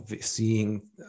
seeing